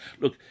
Look